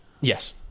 Yes